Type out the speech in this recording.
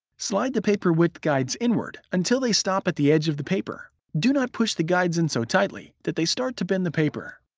slide the paper width guides inward until they stop at the edge of the paper. do not push the guides in so tightly that they start to bend the paper.